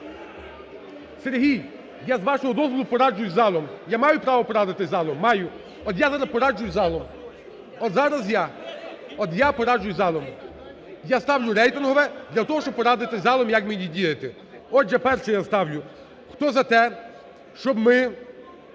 Сергій, я, з вашого дозволу, пораджусь з залом. Я маю право порадитись з залом? Маю. От, я зараз пораджусь з залом. От, зараз я, от, я пораджусь з залом. Я ставлю рейтингове для того, щоб порадитись з залом, як мені діяти. Отже, перше я ставлю. Хто за те, що ми